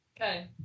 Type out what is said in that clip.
Okay